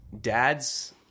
Dad's